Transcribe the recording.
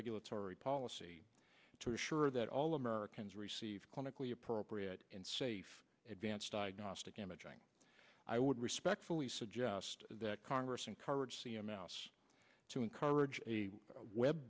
regulatory policy to assure that all americans receive clinically appropriate and safe advanced diagnostic imaging i would respectfully suggest that congress encourage c m s to encourage web